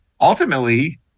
ultimately